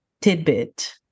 tidbit